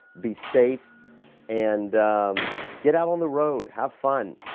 be safe and get out on the road, have fun.